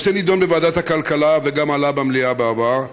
הנושא נדון בוועדת הכלכלה וגם עלה במליאה בעבר.